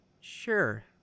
Sure